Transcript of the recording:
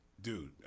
dude